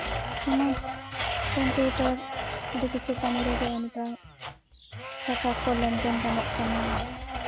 ᱚᱱᱟ ᱠᱚᱢᱯᱤᱭᱩᱴᱟᱨ ᱟᱹᱰᱤ ᱠᱤᱪᱷᱩ ᱠᱟᱹᱢᱤ ᱨᱮᱜᱮ ᱱᱮᱛᱟᱨ ᱴᱟᱠᱟ ᱠᱚ ᱞᱮᱱᱫᱮᱱ ᱜᱟᱱᱚᱜ ᱠᱟᱱᱟ